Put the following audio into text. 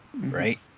right